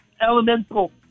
Elemental